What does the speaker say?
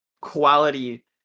quality